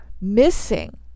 missing